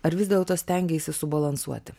ar vis dėlto stengėsi subalansuoti